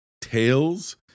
Tails